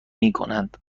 میکنند